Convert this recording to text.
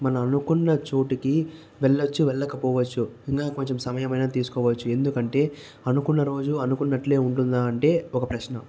మన అనుకున్న చోటికి వెళ్ళవచ్చు వెళ్ళకపోవచ్చు ఇంకా కొంచెం సమయం అనేది తీసుకోవచ్చు ఎందుకంటే అనుకున్న రోజు అనుకున్నట్టే ఉంటుందంటే ఒక ప్రశ్న